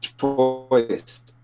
choice